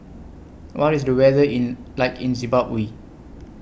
What IS The weather in like in Zimbabwe